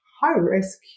high-risk